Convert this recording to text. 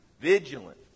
vigilant